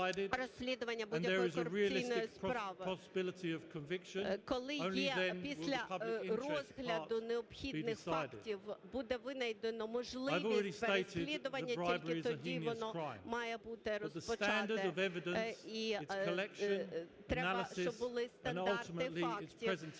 Коли є… після розгляду необхідних фактів буде винайдена можливість переслідування, тільки тоді воно має бути розпочате. І треба, щоб були стандарти фактів,